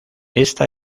esta